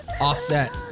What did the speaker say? offset